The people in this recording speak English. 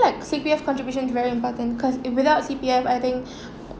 like C_P_F contribution is very important cause if without C_P_F I think